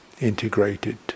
integrated